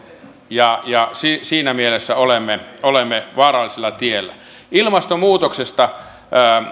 ja ja siinä mielessä olemme olemme vaarallisella tiellä ilmastonmuutoksesta